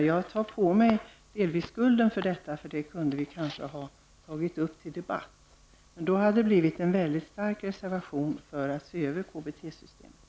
Jag tar delvis på mig skulden, för vi kunde kanske ha tagit upp den här saken till debatt. Då hade det blivit en mycket stark reservation för att se över KBT-systemet.